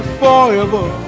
forever